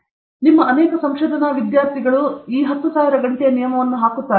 ಈಗ ನಿಮ್ಮ ಅನೇಕ ಸಂಶೋಧನಾ ವಿದ್ಯಾರ್ಥಿಗಳು ಈ 10000 ಗಂಟೆಯ ನಿಯಮವನ್ನು ಹಾಕುತ್ತಾರೆ